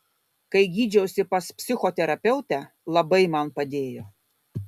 kai gydžiausi pas psichoterapeutę labai man padėjo